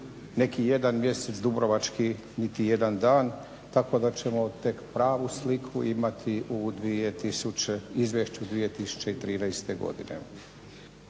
neki jedan mjesec, Dubrovački niti jedan dan tako da ćemo tek pravu sliku imati u izvješću 2013. godine.